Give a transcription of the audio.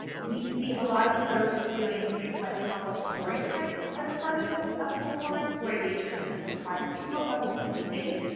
we see a lot of folks doing things like pop up story times as part of outside the lines where they just kind of surprise people out in the community.